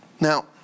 Now